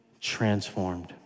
transformed